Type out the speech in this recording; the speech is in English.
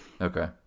Okay